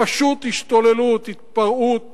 פשוט השתוללות, התפרעות